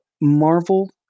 Marvel